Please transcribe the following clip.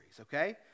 okay